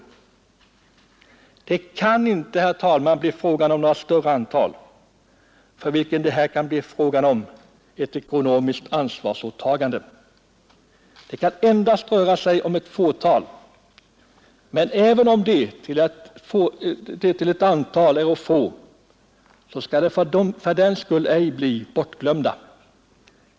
Det kan inte, herr talman, bli fråga om något större antal fall, för vilka staten ikläder sig ett ekonomiskt ansvar. Det kan endast röra sig om ett fåtal, men även om de till antalet icke är så många, skall de för den skull ej bli bortglömda.